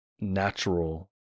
natural